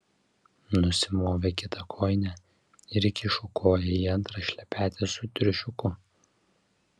nusimovė kitą kojinę ir įkišo koją į antrą šlepetę su triušiuku